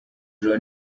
joro